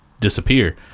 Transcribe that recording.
disappear